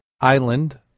Island